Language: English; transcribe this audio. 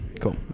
Cool